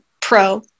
pro